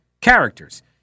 characters